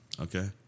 Okay